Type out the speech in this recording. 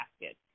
basket